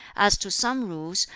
as to some rules,